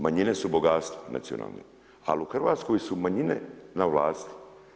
Manjine su bogatstvo nacionalne, ali u Hrvatskoj su manjine na vlasti.